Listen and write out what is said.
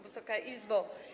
Wysoka Izbo!